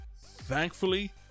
Thankfully